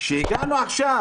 כשהגענו עכשיו